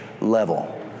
level